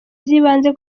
z’ibanze